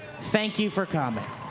thank you for coming.